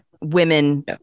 women